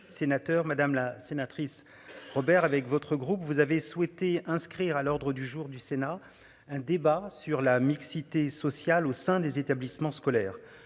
madame la sénatrice Robert avec votre groupe vous avez souhaité inscrire à l'ordre du jour du Sénat. Un débat sur la mixité sociale au sein des établissements scolaires.